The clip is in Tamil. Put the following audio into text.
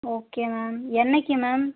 ஓகே மேம் என்னைக்கு மேம்